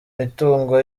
mitungo